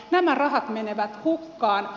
nämä rahat menevät hukkaan